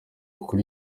kuri